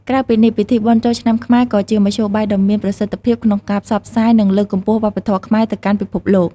ក្រៅពីនេះ ពិធីបុណ្យចូលឆ្នាំខ្មែរក៏ជាមធ្យោបាយដ៏មានប្រសិទ្ធភាពក្នុងការផ្សព្វផ្សាយ និងលើកកម្ពស់វប្បធម៌ខ្មែរទៅកាន់ពិភពលោក។